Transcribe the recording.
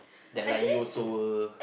don't like you also